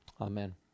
amen